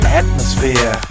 atmosphere